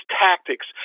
tactics